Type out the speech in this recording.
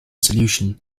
solution